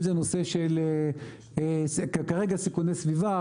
אם זה נושא של סיכוני סביבה,